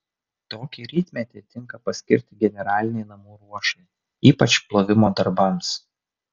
tokį rytmetį tinka paskirti generalinei namų ruošai ypač plovimo darbams